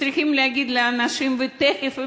צריכים להגיד לאנשים תכף ומייד: